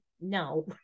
no